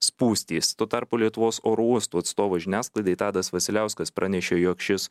spūstys tuo tarpu lietuvos oro uostų atstovas žiniasklaidai tadas vasiliauskas pranešė jog šis